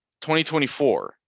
2024